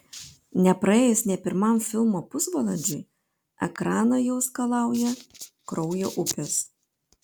nepraėjus nė pirmam filmo pusvalandžiui ekraną jau skalauja kraujo upės